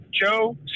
Joe